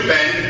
Ben